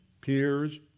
peers